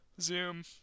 Zoom